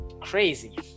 crazy